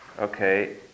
Okay